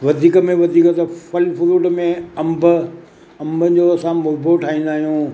वधीक में वधीक त फल फ्रूट में अंब अंबनि जो असां मुर्बो ठाहींदा आहियूं